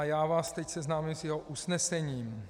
Já vás teď seznámím s jeho usnesením.